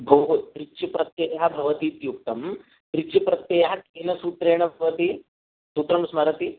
भोः तृच् प्रत्ययः भवतीत्युक्तं तृच् प्रत्ययः केन सूत्रेण भवति सूत्रं स्मरति